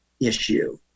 issue